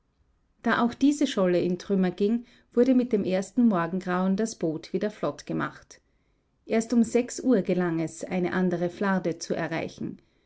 da auch diese scholle in trümmer ging wurde mit dem ersten morgengrauen das boot wieder flottgemacht erst um sechs uhr gelang es eine andere flarde zu erreichen